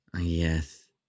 Yes